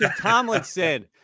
Tomlinson